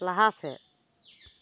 ᱞᱟᱦᱟ ᱥᱮᱫ